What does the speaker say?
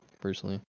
personally